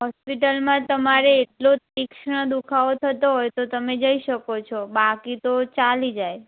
હોસ્પિટલમાં તમારે એટલો તીક્ષ્ણ દુખાવો થતો હોય તો તમે જઈ શકો છો બાકી તો ચાલી જાય